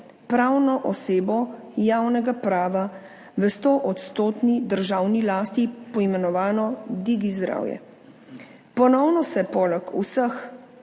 pravno osebo javnega prava v stoodstotni državni lasti, poimenovano Digi zdravje. Ponovno se poleg vseh